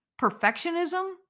Perfectionism